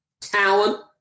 talent